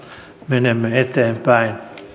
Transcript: menemme eteenpäin täällä